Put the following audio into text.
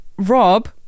Rob